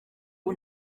ubu